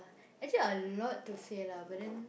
actually a lot to say lah but then